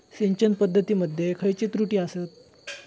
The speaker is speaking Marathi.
सिंचन पद्धती मध्ये खयचे त्रुटी आसत?